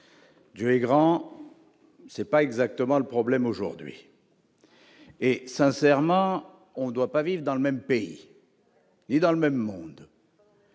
Dieu est grand, mais ce n'est pas exactement le problème aujourd'hui. Sincèrement, on ne doit pas vivre dans le même pays ni dans le même monde.